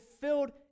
filled